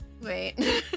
Wait